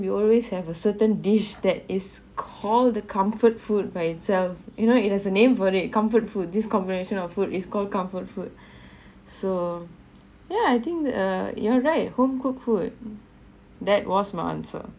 we always have a certain dish that is called the comfort food by itself you know it has a name for it comfort food this combination of food is cold comfort food so yeah I think err you're right at home cooked food that was my answer